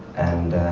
and